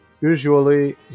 usually